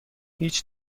هیچ